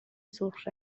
سرخ